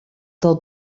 del